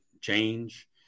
change